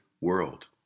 world